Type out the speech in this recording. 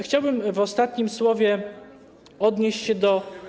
Chciałbym w ostatnim słowie odnieść się do.